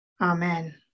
Amen